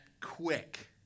quick